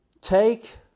take